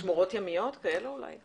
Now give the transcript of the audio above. שמורות ימיות וכאלו אולי?